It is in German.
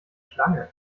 schlange